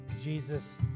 Jesus